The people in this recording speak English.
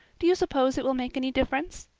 do you suppose it will make any difference?